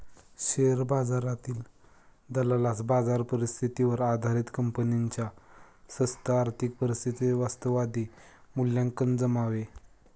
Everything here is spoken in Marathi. शेअर बाजारातील दलालास बाजार परिस्थितीवर आधारित कंपनीच्या सद्य आर्थिक परिस्थितीचे वास्तववादी मूल्यांकन जमावे